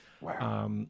Wow